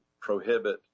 prohibit